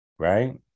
Right